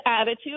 attitude